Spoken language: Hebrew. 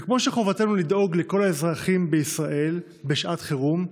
וכמו שחובתנו לדאוג לכל האזרחים בישראל בשעת חירום,